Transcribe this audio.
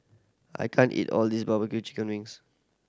I can't eat all this barbecue chicken wings